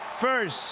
first